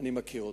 אני מכיר אותם.